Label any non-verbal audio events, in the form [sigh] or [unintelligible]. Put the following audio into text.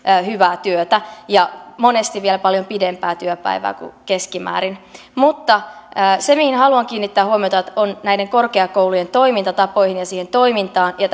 hyvää työtä ja monesti vielä paljon pidempää työpäivää kuin keskimäärin se mihin haluan kiinnittää huomiota on näiden korkeakoulujen toimintatavat ja se toiminta ja [unintelligible]